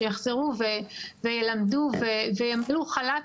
שיחזרו וילמדו וימלאו חל"ת,